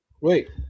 wait